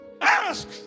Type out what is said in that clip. Ask